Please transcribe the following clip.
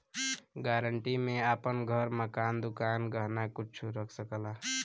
guarantee में आपन घर, मकान, दुकान, गहना कुच्छो रख सकला